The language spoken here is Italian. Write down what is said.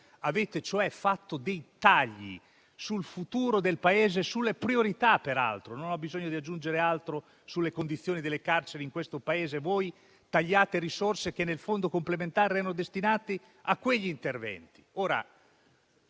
Avete, cioè, fatto dei tagli sul futuro del Paese e sulle priorità. E non ho bisogno di aggiungere altro sulle condizioni delle carceri in questo Paese. Tagliate le risorse che nel fondo complementare erano destinate a quegli interventi.